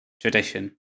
tradition